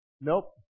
Nope